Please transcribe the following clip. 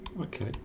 Okay